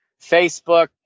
Facebook